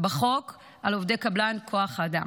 בחוק על עובדי קבלן כוח אדם.